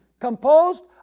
composed